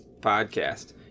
podcast